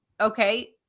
Okay